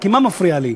כי מה מפריע לי?